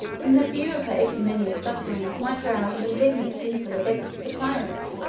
and the view of her ignominious sufferings might rouse an indignant people against the tyrant,